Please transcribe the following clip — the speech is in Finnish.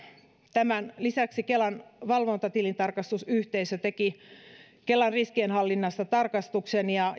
tämän lisäksi kelan valvontatilintarkastusyhteisö teki kelan riskienhallinnasta tarkastuksen ja